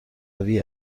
روی